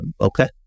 okay